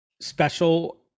special